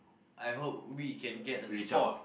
I hope we can get a support